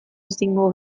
ezingo